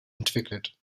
entwickelt